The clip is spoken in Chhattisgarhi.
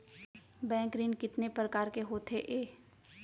बैंक ऋण कितने परकार के होथे ए?